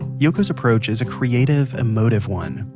yoko's approach is a creative, emotive one,